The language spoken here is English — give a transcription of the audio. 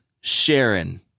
Sharon